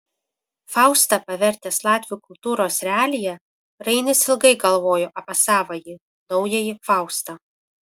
faustą pavertęs latvių kultūros realija rainis ilgai galvojo apie savąjį naująjį faustą